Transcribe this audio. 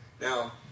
Now